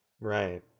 right